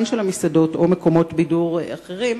של המסעדות או מקומות בידור אחרים,